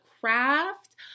Craft